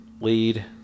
lead